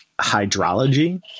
hydrology